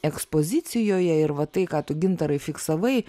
ekspozicijoje ir va tai ką tu gintarai fiksavai